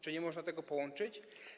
Czy nie można tego połączyć?